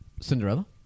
Cinderella